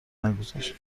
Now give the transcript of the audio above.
نگذاشت